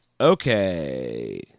Okay